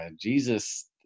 jesus